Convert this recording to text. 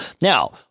Now